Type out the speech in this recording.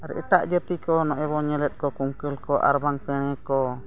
ᱟᱨ ᱮᱴᱟᱜ ᱡᱟᱹᱛᱤ ᱠᱚ ᱱᱚᱜᱼᱚᱭ ᱵᱚᱱ ᱧᱮᱞᱮᱜ ᱠᱚ ᱠᱩᱝᱠᱟᱹᱞ ᱠᱚ ᱟᱨᱵᱟᱝ ᱯᱮᱬᱮ ᱠᱚ